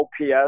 ops